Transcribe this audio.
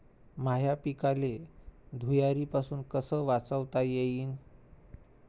माह्या पिकाले धुयारीपासुन कस वाचवता येईन?